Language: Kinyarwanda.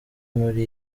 muri